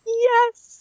Yes